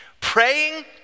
praying